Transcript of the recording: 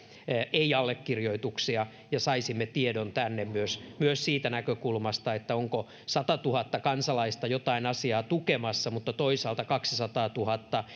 ei allekirjoituksia ja saisimme tiedon tänne myös myös siitä näkökulmasta että satatuhatta kansalaista on jotain asiaa tukemassa mutta toisaalta kaksisataatuhatta